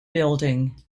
building